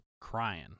Crying